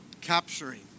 capturing